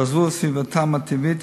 שעזבו את סביבתם הטבעית,